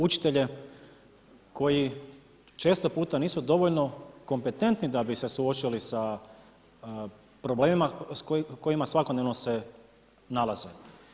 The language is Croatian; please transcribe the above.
Učitelje koji često puta nisu dovoljno kompetentni da bi se suočili sa problemima s kojima svakodnevno se nalazimo.